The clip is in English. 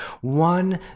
one